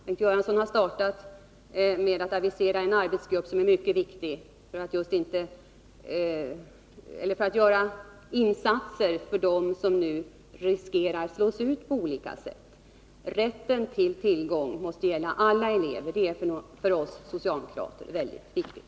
Bengt Göransson har t.ex. startat sitt regeringsarbete med att avisera en arbetsgrupp för insatser för dem som nu riskerar att slås ut på olika sätt. Rätten till kunskap måste gälla alla elever, det är för oss socialdemokrater mycket viktigt.